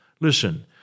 Listen